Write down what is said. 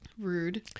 Rude